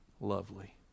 lovely